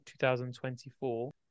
2024